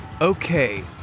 Okay